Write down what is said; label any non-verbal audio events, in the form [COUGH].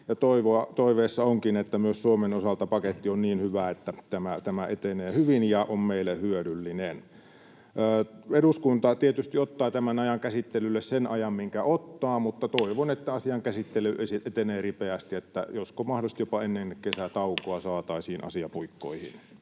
Toiveissa onkin, että myös Suomen osalta paketti on niin hyvä, että tämä etenee hyvin ja on meille hyödyllinen. Eduskunta tietysti ottaa tämän asian käsittelylle sen ajan, minkä ottaa, mutta toivon, [NOISE] että asian käsittely etenee ripeästi — josko mahdollisesti jopa ennen kesätaukoa [NOISE] saataisiin asia puikkoihin.